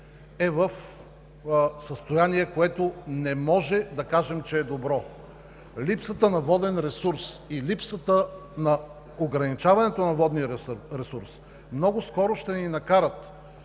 е в състояние, което не можем да кажем, че е добро. Липсата на воден ресурс и липсата на ограничаването на водния ресурс много скоро ще ни накарат